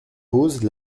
pose